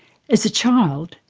as a child,